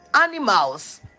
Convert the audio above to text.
Animals